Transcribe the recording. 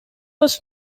was